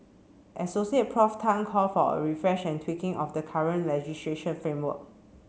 Associate Prof Tan called for a refresh and tweaking of the current legistration framework